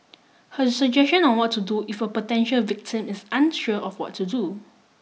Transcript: her suggestion on what to do if a potential victim is unsure of what to do